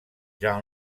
jean